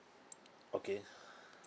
okay